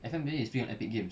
F_M twenty is free on epic games